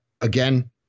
again